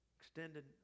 Extended